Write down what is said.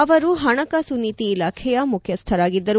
ಅವರು ಹಣಕಾಸು ನೀತಿ ಇಲಾಖೆಯ ಮುಖ್ಯಸ್ಥರಾಗಿದ್ದರು